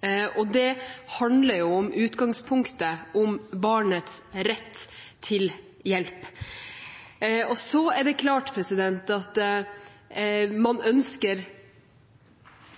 hjelpetiltak. Det handler jo i utgangspunktet om barnets rett til hjelp. Så er det klart at man ønsker